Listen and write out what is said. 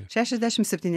šešiasdešimt septyne